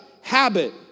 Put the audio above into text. habit